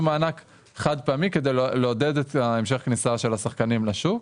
מענק חד פעמי כדי לעודד את המשך הכניסה של השחקנים לשוק.